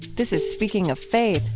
this is speaking of faith.